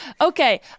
okay